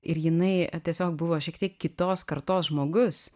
ir jinai tiesiog buvo šiek tiek kitos kartos žmogus